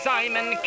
Simon